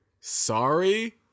Sorry